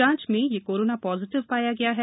जांच में ये कोरोना पॉजिटिव पाया गया है